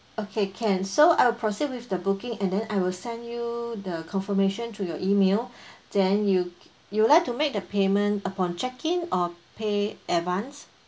okay can so I'll proceed with the booking and then I will send you the confirmation to your email then you you would like to make the payment upon check in or pay advance